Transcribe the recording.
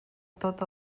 tot